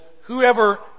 Whoever